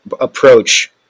approach